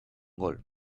gol